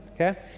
okay